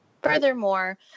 Furthermore